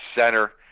center